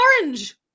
orange